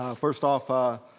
um first off, ah